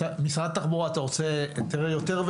משרד התחבורה, אתם רוצים להציל את